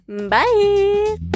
Bye